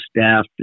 staff